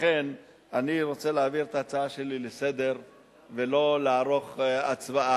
לכן אני רוצה להעביר את ההצעה שלי כהצעה לסדר-היום ולא לערוך הצבעה,